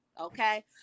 okay